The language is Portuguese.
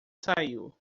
saiu